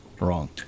wrong